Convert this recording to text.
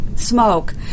Smoke